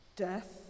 Death